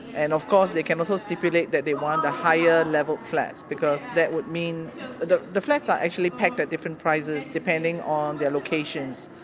and of course they can also stipulate that they want a higher level flat, because that would mean the the flats are actually pegged at different prices, depending on their locations.